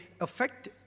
affect